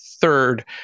third